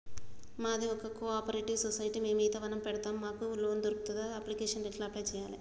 మాది ఒక cooperative society మేము ఈత వనం పెడతం మాకు లోన్ దొర్కుతదా? అప్లికేషన్లను ఎట్ల అప్లయ్ చేయాలే?